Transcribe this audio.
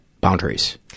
boundaries